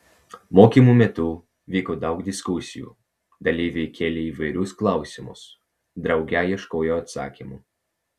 mokymų metu vyko daug diskusijų dalyviai kėlė įvairius klausimus drauge ieškojo atsakymų